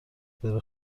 بره